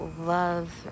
love